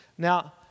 Now